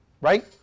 Right